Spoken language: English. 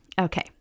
Okay